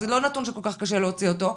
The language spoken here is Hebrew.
אז זה לא נתון שכ"כ קשה להוציא אותו,